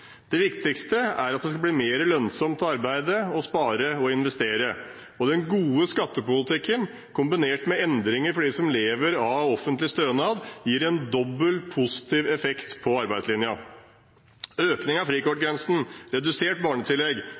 Det viktigste er at det skal bli mer lønnsomt å arbeide, spare og investere. Den gode skattepolitikken, kombinert med endringer for dem som lever av offentlig stønad, gir en dobbel positiv effekt på arbeidslinjen. Økning av frikortgrensen, redusert barnetillegg,